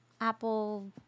Apple